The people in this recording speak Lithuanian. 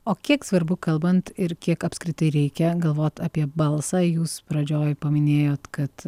o kiek svarbu kalbant ir kiek apskritai reikia galvot apie balsą jūs pradžioj paminėjot kad